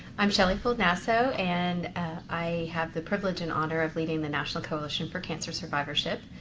i'm shelley fuld nasso, and i have the privilege and honor of leading the national coalition for cancer survivorship.